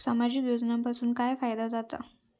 सामाजिक योजनांपासून काय फायदो जाता?